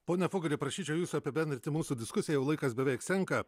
pone fugali prašyčiau jūsų apibendrinti mūsų diskusiją jau laikas beveik senka